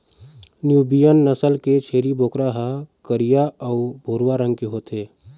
Nubian नसल के छेरी बोकरा ह करिया अउ भूरवा रंग के होथे